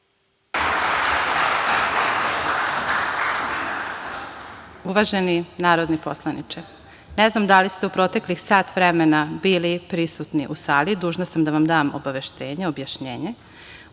Uvaženi, narodni poslaniče, ne znam da li ste u proteklih sat vremena, bili prisutni u sali, dužna sam da vam dam obaveštenje, objašnjenje